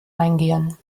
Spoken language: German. eingehen